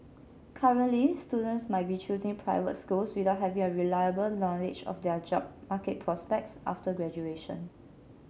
currently students might be choosing private schools without having a reliable knowledge of their job market prospects after graduation